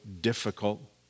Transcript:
difficult